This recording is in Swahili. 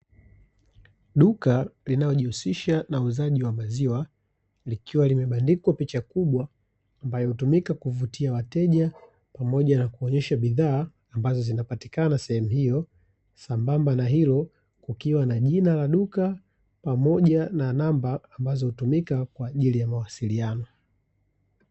Duka linalo jihusisha na uuzaji wa maziwa likiwa limebandikwa picha kubwa ambayo hutumika kuvutia wateja pamoja nakuonyesha bidhaa ambazo zinapatikana sehemu hiyo sambamba na hilo kukiwa na jina la duka pamoja na namba ambazo hutumika kwa ajili ya mawasiliano.